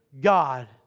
God